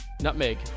Nutmeg